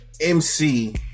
MC